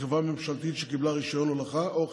חברות פרטיות שקיבלו רישיון חלוקה לשישה אזורי חלוקה.